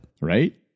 Right